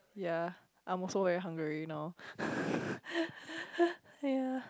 ya I'm also very hungry now ya